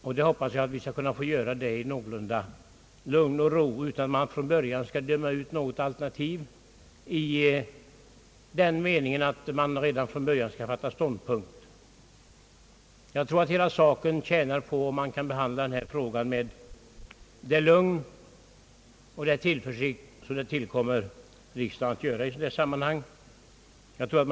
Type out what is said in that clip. Jag hoppas att vi skall kunna göra det någorlunda i lugn och ro utan att från början döma ut något alternativ i den meningen att vi fattar ståndpunkt redan från början. Jag tror att hela saken tjänar på att den behandlas med det lugn och den tillförsikt som det tillkommer riksdagen att visa i sammanhanget.